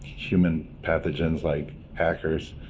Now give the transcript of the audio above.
human pathogens, like hackers,